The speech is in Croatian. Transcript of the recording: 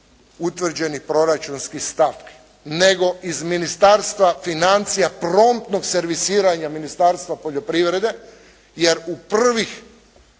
utvrđene proračunske stavke, nego iz Ministarstva financija, promptnog servisiranja Ministarstva poljoprivrede jer u prvih